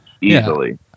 easily